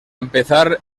empezar